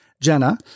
Jenna